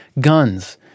Guns